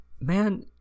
man